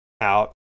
out